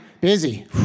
Busy